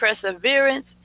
perseverance